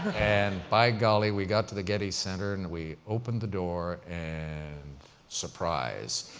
and by golly, we got to the getty center and we opened the door and surprise.